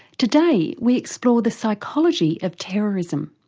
today we explore the psychology of terrorism.